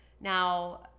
now